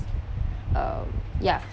uh ya